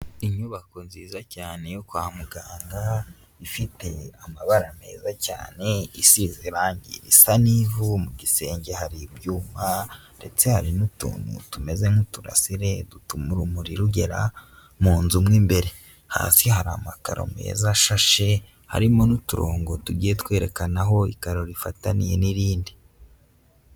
Inyubako nziza cyane yo kwa muganga ifite amabara meza cyane, isize irange risa n'ivu, mu gisenge hari ibyuma ndetse hari n'utuntu tumeze nk'uturasire dutuma urumuri rugera mu nzu mo imbere, hasi hari amakaro meza ashashe harimo n'uturongo tugiye twerekana aho ikaro rifataniye n'irindi.